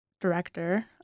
director